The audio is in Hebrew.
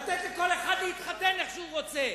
לתת לכל אחד להתחתן איך שהוא רוצה,